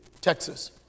Texas